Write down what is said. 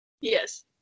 Yes